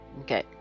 Okay